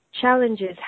challenges